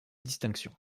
distinction